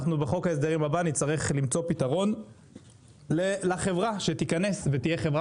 בחוק ההסדרים הבא נצטרך למצוא פתרון לחברה שתיכנס ותהיה חברה